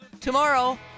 tomorrow